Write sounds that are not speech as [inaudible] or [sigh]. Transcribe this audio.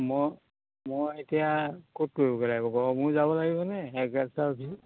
[unintelligible] মই এতিয়া ক'ত কৰিব গৈ লাগিব গড়মুড় যাব লাগিবনে এগিকালছাৰ অফিচত